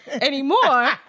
Anymore